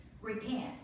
Repent